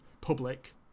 public